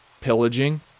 pillaging